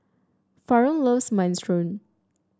Faron loves Minestrone